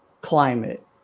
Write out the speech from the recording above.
climate